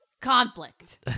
conflict